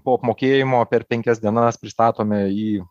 po apmokėjimo per penkias dienas pristatome į